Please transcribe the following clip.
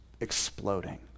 exploding